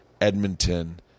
Edmonton